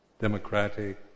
democratic